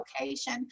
location